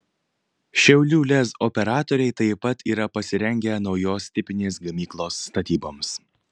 šiaulių lez operatoriai taip pat yra pasirengę naujos tipinės gamyklos statyboms